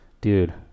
dude